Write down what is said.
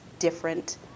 different